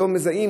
לא מזהים,